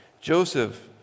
Joseph